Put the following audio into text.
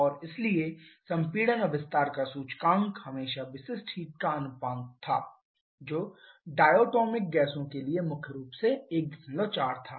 और इसलिए संपीड़न और विस्तार का सूचकांक हमेशा विशिष्ट हीट्स का अनुपात था जो डायटोमिक गैसों के लिए मुख्य रूप से 14 था